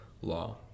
law